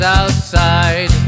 outside